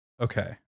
Okay